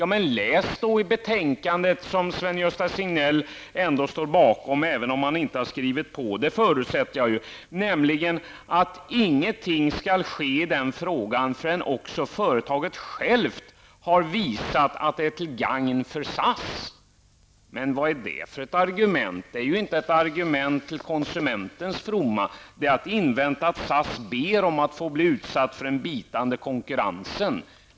Ja, men läs då i betänkandet -- jag förutsätter att Sven Gösta Signell ändå står bakom det, även om han inte har skrivit på det. Där står nämligen att ingenting skall ske i den här frågan förrän företaget självt också har visat att det är till gagn för SAS. Vad är det för argument? Det är ju inte ett argument till konsumenternas fromma. Det är att invänta att SAS ber om att få bli utsatt för den bitande konkurrensen.